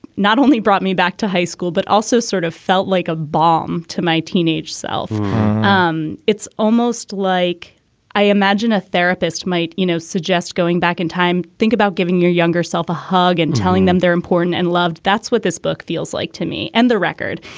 not only brought me back to high school, but also sort of felt like a bomb to my teenage self um it's almost like i imagine a therapist might, you know, suggest going back in time. think about giving your younger self a hug and telling them they're important and loved. that's what this book feels like to me. and the record,